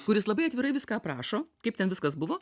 kuris labai atvirai viską aprašo kaip ten viskas buvo